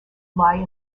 lie